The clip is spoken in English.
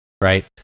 right